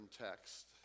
text